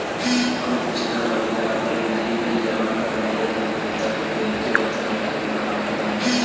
हम पिछला महीना आपन बिजली बिल जमा करवले रनि तनि देखऽ के बताईं केतना बाकि बा?